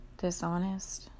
Dishonest